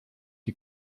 die